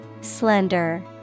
Slender